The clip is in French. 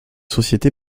sociétés